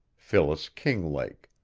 phyllis kinglake,